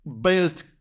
built